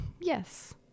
Yes